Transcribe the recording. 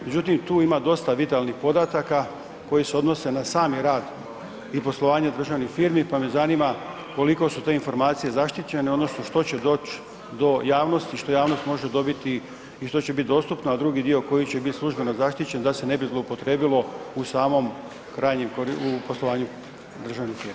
Međutim, tu ima dosta vitalnih podataka koji se odnose na sami radi i poslovanje državnih firmi, pa me zanima koliko su te informacije zaštićene odnosno što će doći do javnosti, što javnost može dobiti i što će biti dostupno a drugi dio koji će biti službeno zaštićen da se ne bi zloupotrijebilo u samom krajnjem, u poslovanju državnih firmi.